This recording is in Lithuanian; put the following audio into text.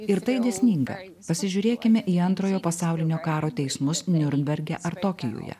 ir tai dėsninga pasižiūrėkime į antrojo pasaulinio karo teismus niurnberge ar tokijuje